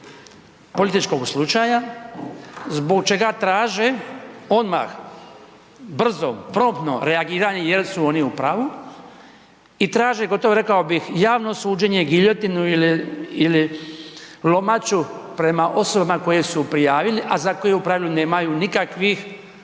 političkoga slučaja, zbog čega traže odmah brzo, promptno reagiranje jer su oni u pravu i traže gotovo, rekao bih, javno suđenje, giljotinu ili lomaču prema osobama koje su prijavili, a za koju, u pravilu nemaju nikakvih